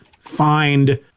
find